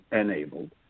enabled